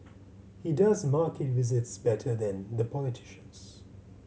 he does market visits better than the politicians